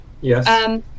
Yes